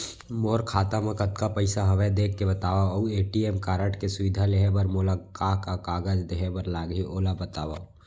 मोर खाता मा कतका पइसा हवये देख के बतावव अऊ ए.टी.एम कारड के सुविधा लेहे बर मोला का का कागज देहे बर लागही ओला बतावव?